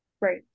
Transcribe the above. right